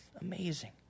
Amazing